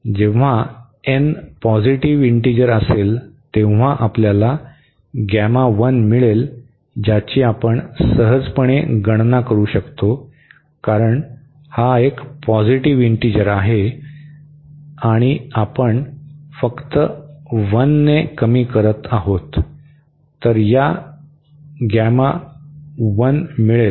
जेव्हा n positive integer असेल तेव्हा आपल्याला मिळेल ज्याची आपण सहजपणे गणना करू शकतो कारण हा एक पॉझिटिव्ह इंटीजर आहे आणि आपण फक्त 1 ने कमी करत आहोत तर या मिळेल